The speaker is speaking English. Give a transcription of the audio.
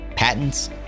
patents